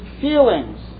feelings